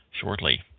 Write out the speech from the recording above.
shortly